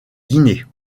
dîner